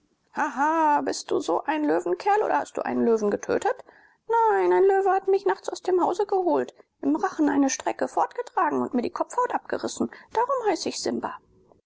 bist du so ein löwenkerl oder hast du einen löwen getötet nein ein löwe hat mich nachts aus dem hause geholt im rachen eine strecke fortgetragen und mir die kopfhaut abgerissen darum heiße ich simba